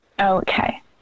Okay